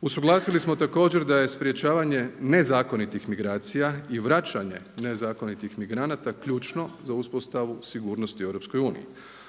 Usuglasili smo također da je sprječavanje nezakonitih migracija i vraćanje nezakonitih migranata ključno za uspostavu sigurnosti u